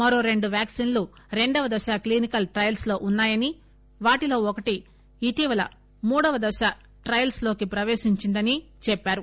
మరో రెండు వ్యాక్సిన్లు రెండవ దశ క్లినికల్ ట్రయల్స్ లో ఉన్నా యనీ వీటిలో ఒకటి ఇటీవల మూడవ దశ ట్రయల్స్ లోకి ప్రపేశించిందని చెప్పారు